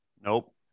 nope